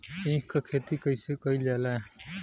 ईख क खेती कइसे कइल जाला?